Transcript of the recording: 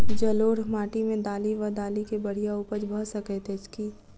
जलोढ़ माटि मे दालि वा दालि केँ बढ़िया उपज भऽ सकैत अछि की?